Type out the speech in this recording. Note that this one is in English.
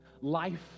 life